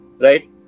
right